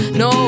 no